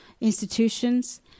institutions